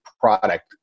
product